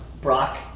Brock